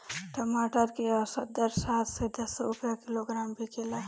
टमाटर के औसत दर सात से दस रुपया किलोग्राम बिकला?